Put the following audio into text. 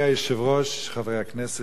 אדוני היושב-ראש, חברי הכנסת,